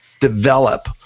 develop